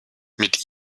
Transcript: mit